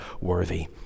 worthy